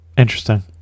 Interesting